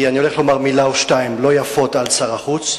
כי אני הולך לומר מלה או שתיים לא יפות על שר החוץ.